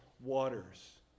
waters